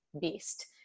beast